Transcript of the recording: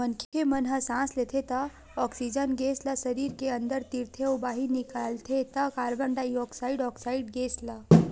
मनखे मन ह सांस लेथे त ऑक्सीजन गेस ल सरीर के अंदर तीरथे अउ बाहिर निकालथे त कारबन डाईऑक्साइड ऑक्साइड गेस ल